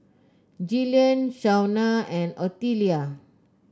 Gillian Shawna and Ottilia